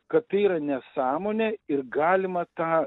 kad yra nesąmonė ir galima tą